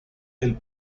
del